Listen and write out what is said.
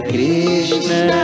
Krishna